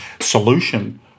solution